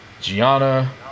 Gianna